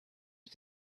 you